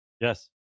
Yes